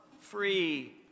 free